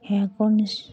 এখন